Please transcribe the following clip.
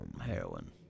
Heroin